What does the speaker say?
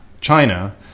China